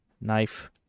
Knife